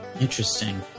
Interesting